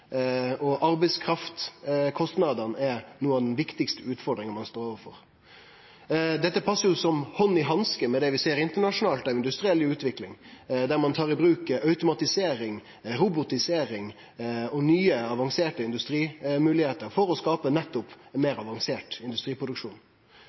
er av dei viktigaste utfordringane ein står overfor. Dette passar som hand i hanske med det vi ser internasjonalt av industriell utvikling, der ein tar i bruk automatisering, robotisering og nye avanserte industrimoglegheiter for å skape nettopp